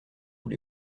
tous